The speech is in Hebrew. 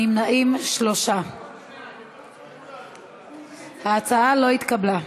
נמנעים, 3. ההצעה לא התקבלה.